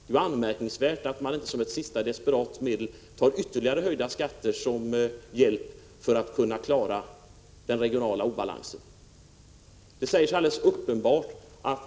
Det är anmärkningsvärt att socialdemokraterna inte, som ett sista desperat medel, har tagit ytterligare höjda skatter som hjälp för att klara den regionala obalansen.